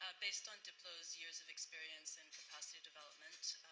ah based on diplo's years of experience in capacity development,